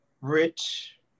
rich